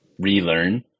relearn